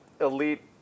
elite